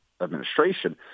administration